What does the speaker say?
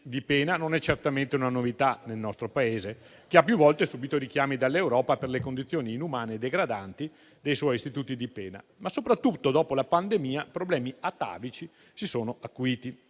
di pena non è certamente una novità nel nostro Paese, che ha più volte subito richiami dall'Europa per le condizioni inumane e degradanti dei suoi istituti di pena, ma soprattutto dopo la pandemia problemi atavici si sono acuiti.